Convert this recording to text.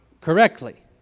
correctly